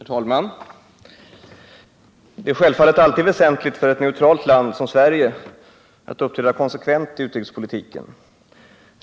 Herr talman! Det är självfallet alltid väsentligt för ett neutralt land som Sverige att uppträda konsekvent i utrikespolitiken.